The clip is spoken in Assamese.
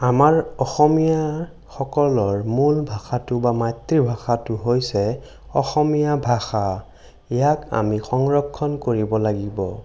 আমাৰ অসমীয়াসকলৰ মূল ভাষাটো বা মাতৃভাষাটো হৈছে অসমীয়া ভাষা ইয়াক আমি সংৰক্ষণ কৰিব লাগিব